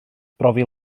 brofi